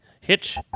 hitch